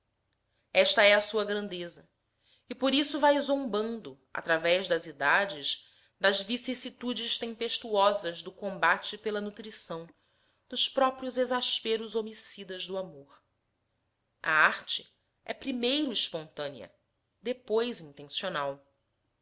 esta é a sua grandeza e por isso vai zombando através das idades das vicissitudes tempestuosas do combate pela nutrição dos próprios exasperos homicidas do amor a arte é primeiro espontânea depois intencional